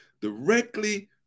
directly